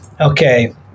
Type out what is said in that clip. Okay